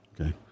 Okay